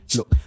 Look